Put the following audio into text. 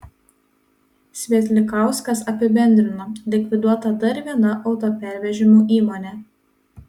svietlikauskas apibendrino likviduota dar viena autopervežimų įmonė